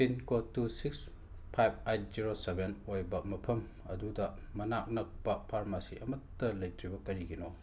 pin code two six five eight zero seven ꯑꯣꯏꯕ ꯃꯐꯝ ꯑꯗꯨꯗ ꯃꯅꯥꯛ ꯅꯛꯄ ꯐꯥꯔꯃꯥꯁꯤ ꯑꯃꯠꯇ ꯂꯩꯇ꯭ꯔꯤꯕ ꯀꯔꯤꯒꯤꯅꯣ